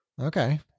Okay